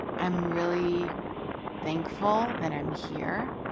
i'm really thankful that i'm here.